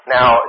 Now